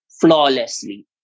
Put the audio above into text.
flawlessly